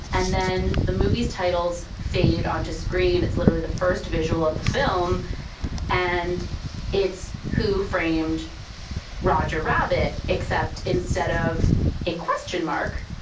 and then the movie's titles fade onto screen. it's literally the first visual of the film and it's who framed roger rabbit! except instead of a question mark,